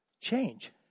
change